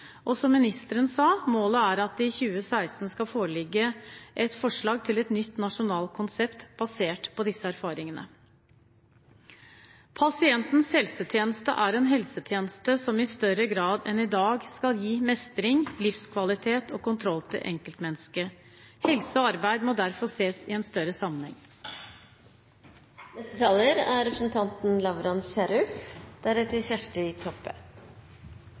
Som ministeren sa, er målet at det i 2016 skal foreligge et forslag til et nytt nasjonalt konsept basert på disse erfaringene. Pasientens helsetjeneste er en helsetjeneste som i større grad enn i dag skal gi mestring, livskvalitet og kontroll til enkeltmennesket. Helse og arbeid må derfor ses i en større sammenheng. Spørsmålet representanten Grung stiller helseministeren i dag, er